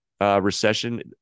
recession